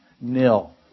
nil